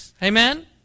Amen